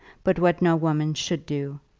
but what no woman should do.